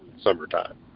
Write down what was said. summertime